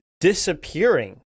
disappearing